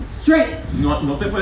straight